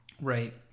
Right